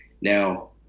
Now